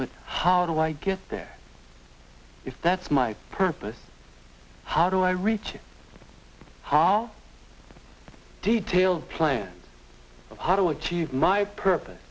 but how do i get there if that's my purpose how do i reach detailed plan of how to achieve my purpose